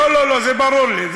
לא לא לא, זה ברור לי.